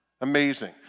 Amazing